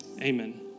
Amen